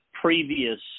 previous